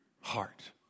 heart